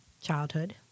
Childhood